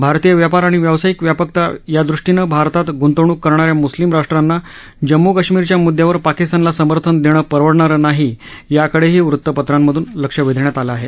भारतीय व्यापार आणि व्यावसायिक व्यापकता यादृष्टीनं भारतात ग्ंतवणूक करणाऱ्या म्स्लिम राष्ट्रांना जम्मू कश्मीरच्या मुद्द्यावर पाकिस्तानला समर्थन देणं परवडणारं नाही याकडेही वृतपत्रांमधून लक्ष वेधण्यात आलं आहे